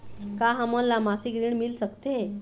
का हमन ला मासिक ऋण मिल सकथे?